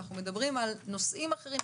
אנחנו מדברים על נושאים אחרים,